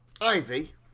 Ivy